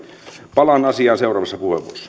palaan asiaan seuraavassa